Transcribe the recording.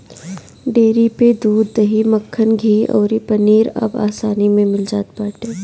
dairy पे दूध, दही, मक्खन, घीव अउरी पनीर अब आसानी में मिल जात बाटे